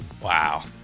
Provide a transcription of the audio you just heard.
wow